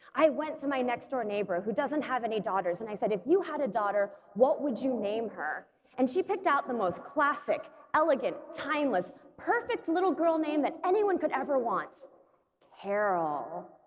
i went to my next-door neighbor who doesn't have any daughters and i said if you had a daughter what would you name her and she picked out the most classic elegant timeless perfect little girl name that anyone could ever want carol.